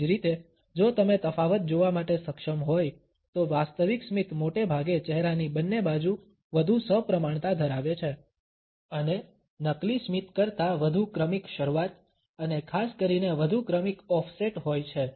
તેવી જ રીતે જો તમે તફાવત જોવા માટે સક્ષમ હોય તો વાસ્તવિક સ્મિત મોટેભાગે ચહેરાની બંને બાજુ વધુ સપ્રમાણતા ધરાવે છે અને નકલી સ્મિત કરતાં વધુ ક્રમિક શરૂઆત અને ખાસ કરીને વધુ ક્રમિક ઓફસેટ હોય છે